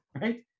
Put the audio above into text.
Right